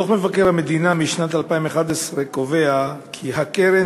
דוח מבקר המדינה משנת 2011 קובע כי הקרן